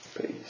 peace